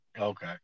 okay